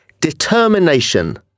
Determination